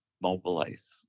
mobilize